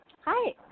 hi